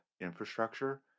infrastructure